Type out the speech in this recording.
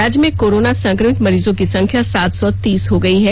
राज्य में कोरोना संक्रमित मरीजों की संख्या सात सौ तीस हो गयी है